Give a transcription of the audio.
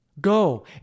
Go